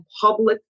public